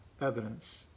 Evidence